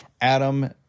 Adam